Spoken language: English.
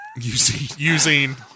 using